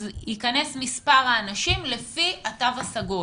אז יכנס מספר האנשים לפי התו הסגול.